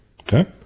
Okay